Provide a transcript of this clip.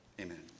Amen